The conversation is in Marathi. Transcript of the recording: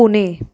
पुणे